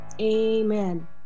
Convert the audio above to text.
Amen